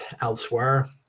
elsewhere